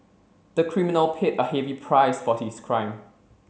the criminal paid a heavy price for his crime